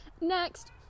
next